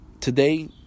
today